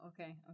okay